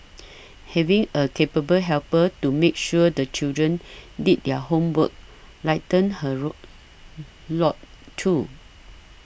having a capable helper to make sure the children did their homework lightened her rock lord too